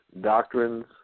doctrines